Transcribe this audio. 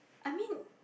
I mean